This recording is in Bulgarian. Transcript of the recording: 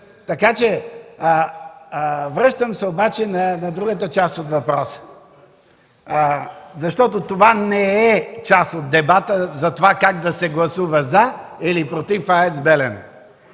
Връщам се обаче на другата част от въпроса, защото това не е част от дебата за това как да се гласува „за” или „против” АЕЦ „Белене”.